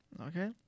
Okay